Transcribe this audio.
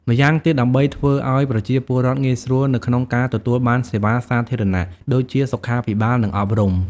ម្យ៉ាងទៀត ដើម្បីធ្វើឪ្យប្រជាពលរដ្ឋងាយស្រួលនៅក្នុងការទទួលបានសេវាសាធារណៈដូចជាសុខាភិបាល និងអប់រំ។